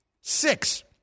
Six